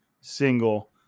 single